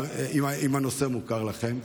האם הנושא מוכר לכם?